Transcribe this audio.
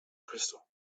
crystal